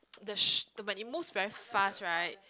the sh~ the when it moves very fast right